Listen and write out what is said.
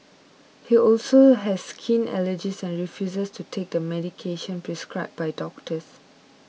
he also has skin allergies and refuses to take the medication prescribed by doctors